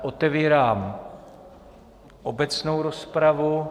Otevírám obecnou rozpravu.